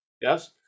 yes